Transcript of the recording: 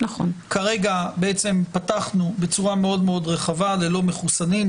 כרגע פתחנו בצורה מאוד מאוד רחבה ללא מחוסנים.